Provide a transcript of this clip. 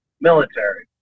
military